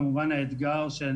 כמובן האתגר של